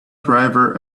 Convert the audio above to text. driver